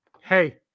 hey